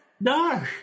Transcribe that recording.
No